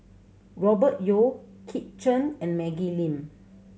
Robert Yeo Kit Chan and Maggie Lim